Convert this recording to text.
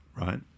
right